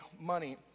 money